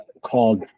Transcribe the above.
called